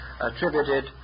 attributed